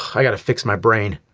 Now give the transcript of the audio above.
i got to fix my brain.